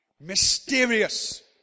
mysterious